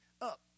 Up